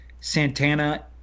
Santana